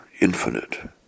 infinite